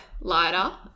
lighter